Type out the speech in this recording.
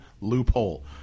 loophole